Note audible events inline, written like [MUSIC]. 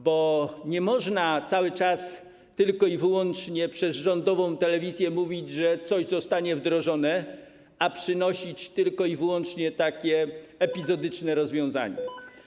Bo nie można cały czas tylko i wyłącznie przez rządową telewizję mówić, że coś zostanie wdrożone, a przynosić tylko i wyłącznie takie [NOISE] epizodyczne rozwiązanie.